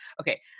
okay